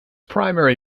primary